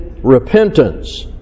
Repentance